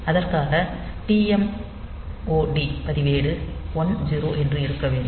அதற்காக TMOD பதிவேடு 10 என்று இருக்க வேண்டும்